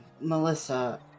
Melissa